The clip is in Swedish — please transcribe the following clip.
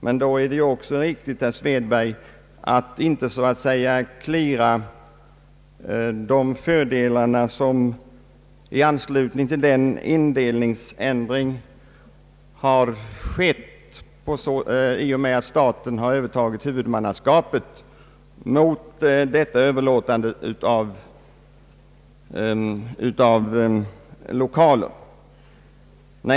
Men då är det ju också riktigt, herr Svedberg, att inte så att säga cleara fördelarna med att staten övertagit huvudmannaskapet mot överlåtandet av lokalerna.